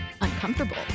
uncomfortable